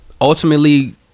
ultimately